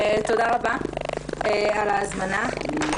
תודה רבה על ההזמנה.